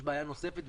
יש בעיה נוספת,